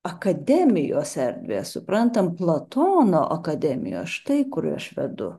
akademijos erdvė suprantam platono akademija štai kur aš vedu